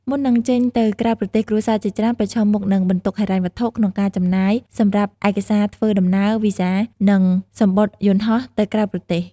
មុននឹងចេញទៅក្រៅប្រទេស គ្រួសារជាច្រើនប្រឈមមុខនឹងបន្ទុកហិរញ្ញវត្ថុ ក្នុងការចំណាយសម្រាប់ឯកសារធ្វើដំណើរ វីសា និងសំបុត្រយន្តហោះទៅក្រៅប្រទេស។